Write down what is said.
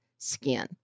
skin